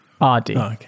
R-D